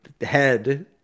head